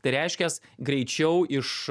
tai reiškias greičiau iš